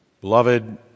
beloved